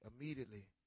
immediately